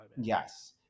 Yes